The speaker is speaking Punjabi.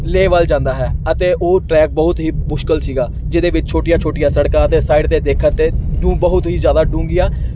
ਲੇਹ ਵੱਲ ਜਾਂਦਾ ਹੈ ਅਤੇ ਉਹ ਟਰੈਕ ਬਹੁਤ ਹੀ ਮੁਸ਼ਕਿਲ ਸੀਗਾ ਜਿਹਦੇ ਵਿੱਚ ਛੋਟੀਆਂ ਛੋਟੀਆਂ ਸੜਕਾਂ ਅਤੇ ਸਾਈਡ 'ਤੇ ਦੇਖਣ 'ਤੇ ਨੂੰ ਬਹੁਤ ਹੀ ਜ਼ਿਆਦਾ ਡੂੰਘੀਆਂ